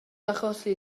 achosi